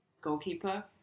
goalkeeper